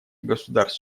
государств